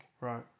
right